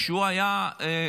כשהוא היה צועק,